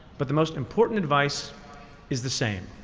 but the most important advice is the same.